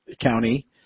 county